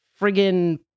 friggin